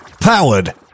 powered